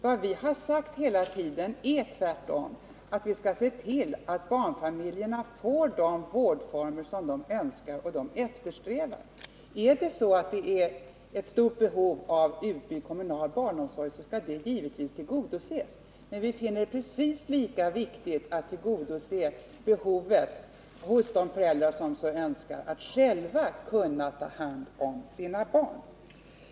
Vad vi hela tiden har sagt är tvärtom att vi skall se till att barnfamiljerna får de vårdformer som de önskar och eftersträvar. Finns det ett stort behov av utbyggd kommunal barnomsorg, skall det givetvis tillgodoses. Men vi finner det precis lika viktigt att göra det möjligt för de föräldrar som så önskar att själva ta hand om sina barn.